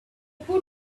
put